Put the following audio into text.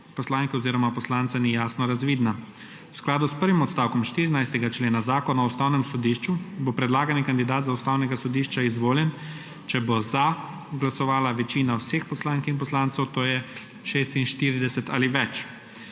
poslanke oziroma poslanca ni jasno razvidna. V skladu s prvim odstavkom 14. člena Zakona o ustavnem sodišču bo predlagani kandidat za Ustavnega sodišča izvoljen, če bo za glasovala večina vseh poslank in poslancev, to je 46 ali več.